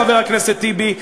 חבר הכנסת טיבי,